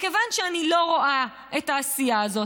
מכיוון שאני לא רואה את העשייה הזאת,